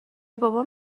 بابام